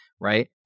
right